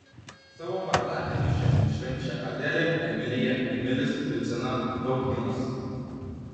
savo vardadienius šiandien švenčia adelė emilija emilis liucina tautginas